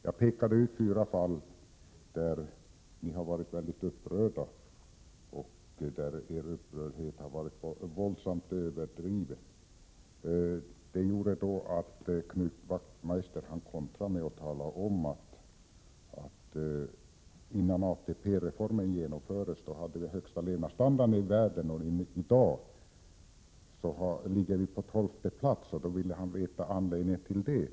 Herr talman! Jag framhöll fyra fall som ni har varit mycket upprörda över. Er upprördhet har varit våldsamt överdriven. Detta ledde till att Knut Wachtmeister kontrade med att tala om att vi hade den högsta levnadsstandarden i världen innan ATP-reformen genomfördes. I dag ligger vi på tolfte plats på den listan. Han ville veta anledningen till detta.